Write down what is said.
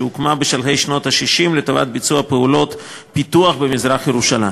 שהוקמה בשלהי שנות ה-60 לשם ביצוע פעולות פיתוח במזרח-ירושלים.